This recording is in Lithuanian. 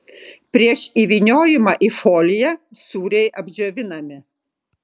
prieš įvyniojimą į foliją sūriai apdžiovinami